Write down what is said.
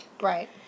Right